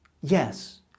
Yes